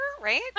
right